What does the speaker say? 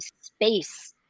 space